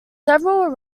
several